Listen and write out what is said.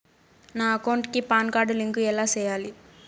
నా అకౌంట్ కి PAN card link ఎలా సేయాలి